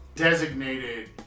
designated